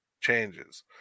changes